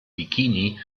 bikini